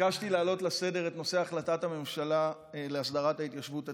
ביקשתי להעלות לסדר-היום את נושא החלטת הממשלה להסדרת ההתיישבות הצעירה.